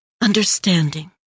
understanding